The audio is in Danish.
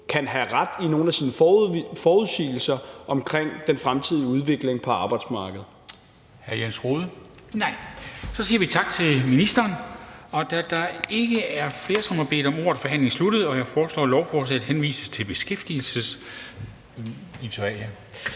kan have ret i nogle af sine forudsigelser omkring den fremtidige udvikling på arbejdsmarkedet. Kl. 14:15 Formanden (Henrik Dam Kristensen): Hr. Jens Rohde? Nej. Så siger vi tak til ministeren. Da der ikke er flere, som har bedt om ordet, er forhandlingen sluttet. Jeg foreslår, at lovforslaget henvises til Beskæftigelsesudvalget.